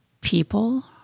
people